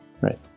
Right